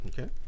Okay